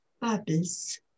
Bubbles